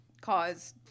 cause